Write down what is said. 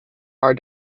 are